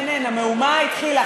אין, אין, המהומה התחילה.